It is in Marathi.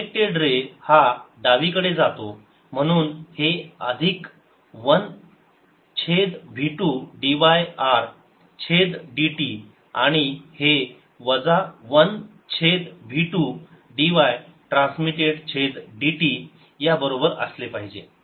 रिफ्लेक्टेड रे हा डावीकडे जातो म्हणून हे अधिक 1 छेद v 2 dy r छेदdt आणि हे वजा 1 छेद v2 dy ट्रान्समिटेड छेद dt या बरोबर असले पाहिजे